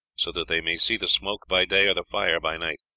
so that they may see the smoke by day or the fire by night.